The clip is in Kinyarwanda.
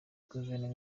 guverinoma